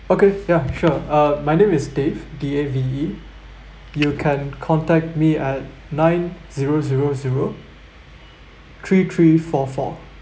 okay ya sure uh my name is dave D A V E you can contact me at nine zero zero zero three three four four